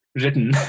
written